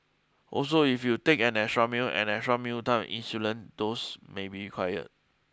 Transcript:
also if you take an extra meal an extra mealtime insulin dose may be required